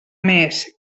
més